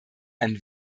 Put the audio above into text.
ein